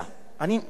באמת,